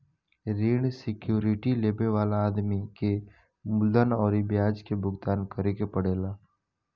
ऋण सिक्योरिटी लेबे वाला आदमी के मूलधन अउरी ब्याज के भुगतान करे के पड़ेला